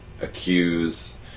accuse